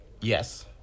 Yes